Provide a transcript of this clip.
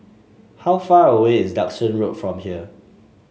how far away is Duxton Road from here